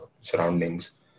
surroundings